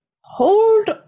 hold